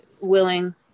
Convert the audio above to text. willing